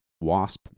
Wasp